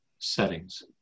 settings